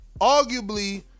arguably